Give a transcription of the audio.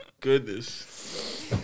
goodness